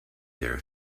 there